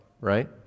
right